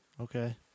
okay